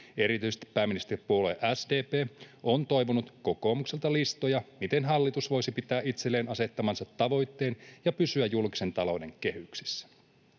Erityisesti pääministeripuolue SDP on toivonut kokoomukselta listoja siitä, miten hallitus voisi pitää itselleen asettamansa tavoitteen ja pysyä julkisen talouden kehyksissä.